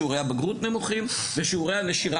שיעורי הבגרות הם נמוכים; ושיעורי הנשירה